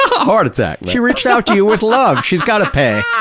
ah heart attack. she reached out to you with love. she's gotta pay.